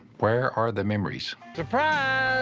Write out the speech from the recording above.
where are the memories? surprise!